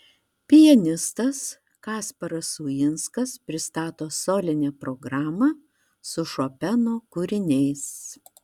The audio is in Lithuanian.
pianistas kasparas uinskas pristato solinę programą su šopeno kūriniais